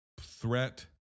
threat